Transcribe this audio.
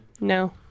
No